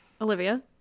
Olivia